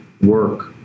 work